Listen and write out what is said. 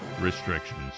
restrictions